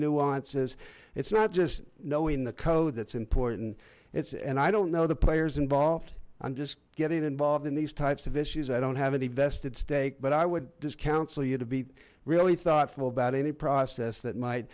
nuances it's not just knowing the code that's important it's and i don't know the players involved i'm just getting involved in these types of issues i don't have any vested stake but i would discounsel you to be really thoughtful about any process that might